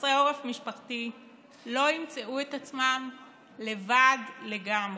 חסרי עורף משפחתי לא ימצאו את עצמם לבד לגמרי.